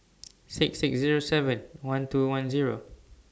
six six Zero seven one two one Zero